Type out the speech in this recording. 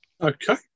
Okay